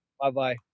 bye-bye